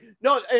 No